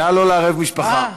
נא לא לערב משפחה.